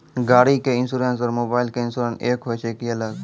गाड़ी के इंश्योरेंस और मोबाइल के इंश्योरेंस एक होय छै कि अलग?